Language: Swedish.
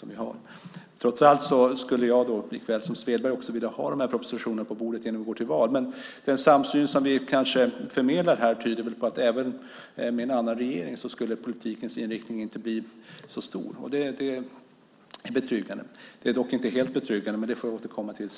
Jag skulle trots allt, precis som Per Svedberg, vilja ha propositionerna på bordet innan vi går till val. Den samsyn som vi förmedlar tyder väl på att även med en annan regering skulle det inte bli så stor skillnad i politikens inriktning. Det är betryggande. Det är dock inte helt betryggande, men det får jag återkomma till.